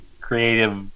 creative